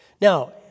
now